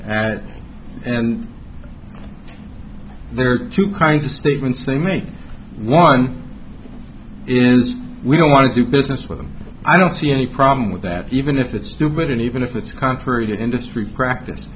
it and there are two kinds of statements they make one is we don't want to do business with them i don't see any problem with that even if it's stupid and even if it's contrary to industry practice